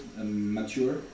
mature